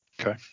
Okay